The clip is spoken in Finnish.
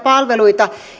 palveluita